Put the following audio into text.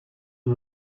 the